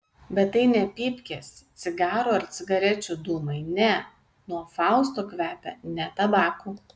bet tai ne pypkės cigarų ar cigarečių dūmai ne nuo fausto kvepia ne tabaku